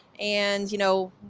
and you know,